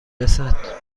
رسد